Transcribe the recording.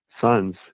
sons